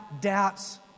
doubts